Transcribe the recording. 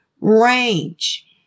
range